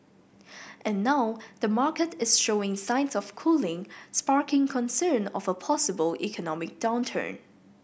and now the market is showing signs of cooling sparking concern of a possible economic downturn